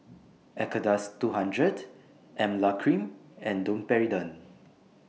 Acardust two hundred Emla Cream and Domperidone